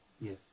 Yes